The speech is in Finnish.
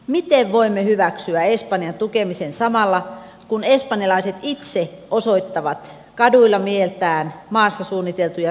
miten voimme hyväksyä espanjan tukemisen samalla kun espanjalaiset itse osoittavat kaduilla mieltään maassa suunniteltuja